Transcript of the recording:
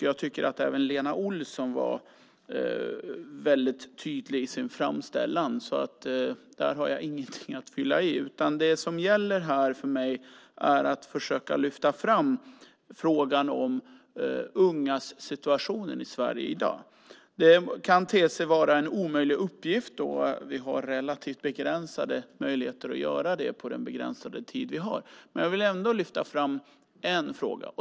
Jag tycker att även Lena Olsson var väldigt tydlig i sitt anförande. Där har jag inget att fylla i. Det gäller nu för mig att försöka lyfta fram frågan om ungas situation i Sverige i dag. Det kan te sig som en omöjlig uppgift, och vi har relativt begränsade möjligheter att göra det på den begränsade tid som vi har. Men jag vill ändå lyfta fram en fråga.